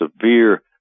severe